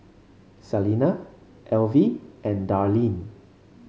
Salina Elvie and Darlene